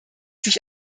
sich